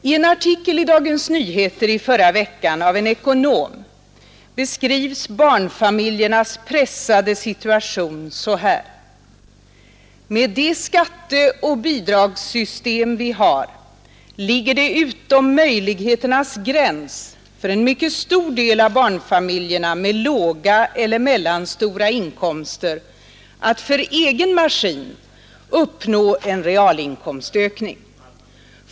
I en artikel av en ekonom i Dagens Nyheter i förra veckan beskrivs barnfamiljernas pressade situation så här: Med det skatteoch bidragssystem vi har ligger det utom möjligheternas gräns för en mycket stor del av barnfamiljerna med låga eller mellanstora inkomster att ”för egen maskin” uppnå en realinkomstökning.